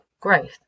growth